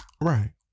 Right